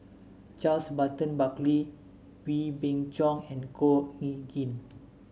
Charles Burton Buckley Wee Beng Chong and Khor Ean Ghee